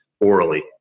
orally